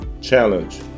challenge